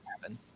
happen